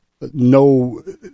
no